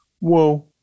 whoa